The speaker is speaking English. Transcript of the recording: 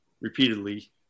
repeatedly